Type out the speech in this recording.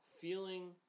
feeling